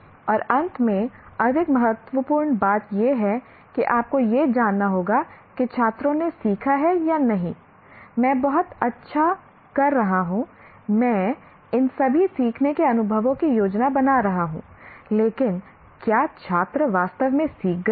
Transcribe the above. और अंत में अधिक महत्वपूर्ण बात यह है कि आपको यह जानना होगा कि छात्रों ने सीखा है या नहीं मैं बहुत अच्छा कर रहा हूं मैं इन सभी सीखने के अनुभवों की योजना बना रहा हूं लेकिन क्या छात्र वास्तव में सीख गया है